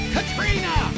Katrina